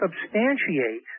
substantiate